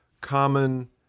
common